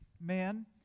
man